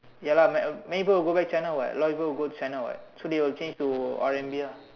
ya lah ma~ many people will go back to China [what] a lot of people will go to China [what] so they will change to R_M_B ah